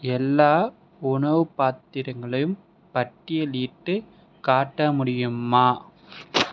எல்லா உணவு பாத்திரங்களையும் பட்டியலிட்டுக் காட்ட முடியுமா